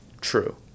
true